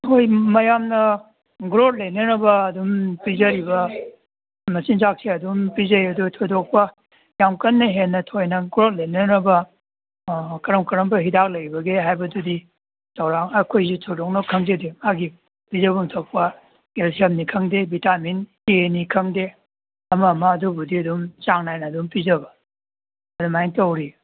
ꯍꯣꯏ ꯃꯌꯥꯝꯅ ꯒ꯭ꯔꯣꯠ ꯂꯩꯅꯅꯕ ꯑꯗꯨꯝ ꯄꯤꯖꯔꯤꯕ ꯃꯆꯤꯟꯖꯥꯛꯁꯦ ꯑꯗꯨꯝ ꯄꯤꯖꯩ ꯑꯗꯨ ꯊꯣꯏꯗꯣꯛꯄ ꯌꯥꯝ ꯀꯟꯅ ꯍꯦꯟꯅ ꯊꯣꯏꯅ ꯒ꯭ꯔꯣꯠ ꯂꯩꯅꯅꯕ ꯀꯔꯝ ꯀꯔꯝꯕ ꯍꯤꯗꯥꯛ ꯂꯩꯕꯒꯦ ꯍꯥꯏꯕꯗꯨꯗꯤ ꯆꯥꯎꯔꯥꯛꯅ ꯑꯩꯈꯣꯏꯁꯤ ꯊꯣꯏꯗꯣꯛꯅ ꯈꯪꯖꯗꯦ ꯃꯥꯒꯤ ꯄꯤꯖꯕꯝ ꯊꯣꯛꯄ ꯀꯦꯜꯁꯤꯌꯝꯅꯤ ꯈꯪꯗꯦ ꯕꯤꯇꯥꯃꯤꯟ ꯑꯦꯅꯤ ꯈꯪꯗꯦ ꯑꯃ ꯑꯃ ꯑꯗꯨꯕꯨꯗꯤ ꯑꯗꯨꯝ ꯆꯥꯡ ꯅꯥꯏꯅ ꯑꯗꯨꯝ ꯄꯤꯖꯕ ꯑꯗꯨꯃꯥꯏ ꯇꯧꯔꯤ